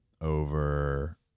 over –